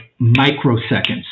microseconds